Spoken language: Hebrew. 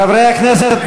חברי הכנסת,